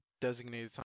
designated